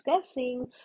discussing